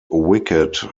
wicket